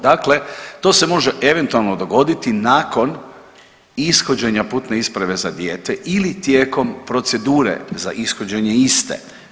Dakle, to se može eventualno dogoditi nakon ishođenja putne isprave za dijete ili tijekom procedure za ishođenje iste.